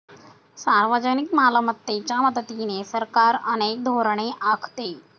सार्वजनिक मालमत्तेच्या मदतीने सरकार अनेक धोरणे आखते